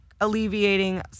alleviating